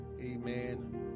Amen